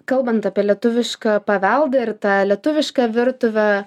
kalbant apie lietuvišką paveldą ir tą lietuvišką virtuvę